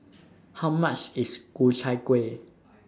How much IS Ku Chai Kuih